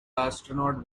astronaut